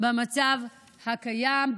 במצב הקיים,